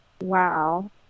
wow